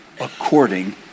according